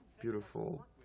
Beautiful